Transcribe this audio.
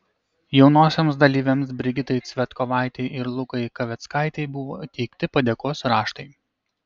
jaunosioms dalyvėms brigitai cvetkovaitei ir lukai kaveckaitei buvo įteikti padėkos raštai